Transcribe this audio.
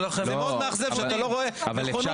זה מאוד מאכזב אותי שאני לא רואה נכונות